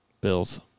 Bills